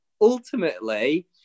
ultimately